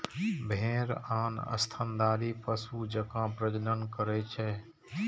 भेड़ आन स्तनधारी पशु जकां प्रजनन करै छै